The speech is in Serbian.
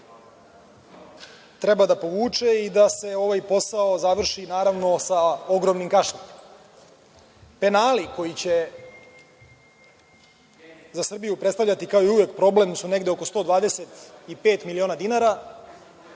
treba da povuče i da se ovaj posao završi, naravno, sa ogromnim kašnjenjem. Penali koji će za Srbiju predstavljati, kao i uvek, problem su negde oko 125 miliona dinara,